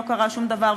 לא קרה שום דבר,